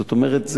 זאת אומרת,